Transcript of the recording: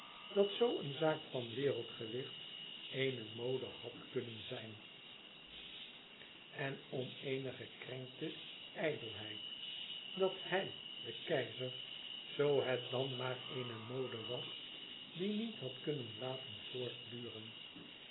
dat zoo een zaak van wereldgewicht eene mode had kunnen zijn en om eene gekrenkte ijdelheid dat hij de keizer zoo het dan maar eene mode was die niet had kunnen laten voortduren